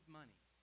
money